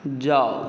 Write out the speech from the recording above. जाउ